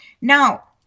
Now